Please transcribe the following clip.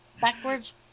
backwards